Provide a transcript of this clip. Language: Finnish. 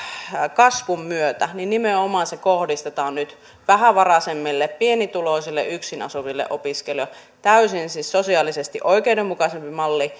kasvun myötä nimenomaan se kohdistetaan nyt vähävaraisemmille pienituloisille yksin asuville opiskelijoille täysin siis sosiaalisesti oikeudenmukaisempi malli